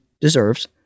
deserves